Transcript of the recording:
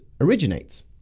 originates